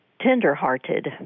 tender-hearted